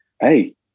Hey